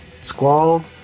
Squall